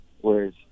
Whereas